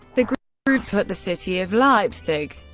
the group group put the city of leipzig.